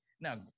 Now